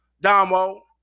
Damo